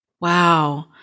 Wow